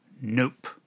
Nope